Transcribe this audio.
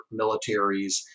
militaries